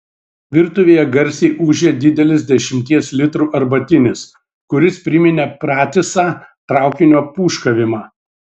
virtuvėje garsiai ūžė didelis dešimties litrų arbatinis kuris priminė pratisą traukinio pūškavimą